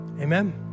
Amen